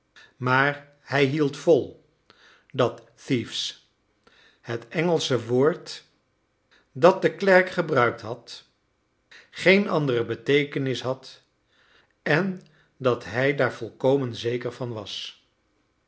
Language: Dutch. maar hij hield vol dat thieves het engelsche woord dat de klerk gebruikt had geen andere beteekenis had en dat hij daar volkomen zeker van was